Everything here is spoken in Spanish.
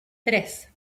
tres